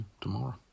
tomorrow